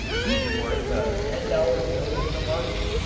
each worth a ten-dollar bill in the market.